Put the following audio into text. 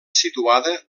situada